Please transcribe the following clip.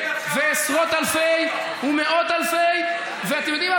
אלפי, עשרות אלפי ומאות אלפי, ואתם יודעים מה?